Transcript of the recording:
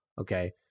Okay